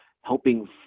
helping